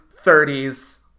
30s